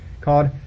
called